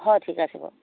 হয় ঠিক আছে বাৰু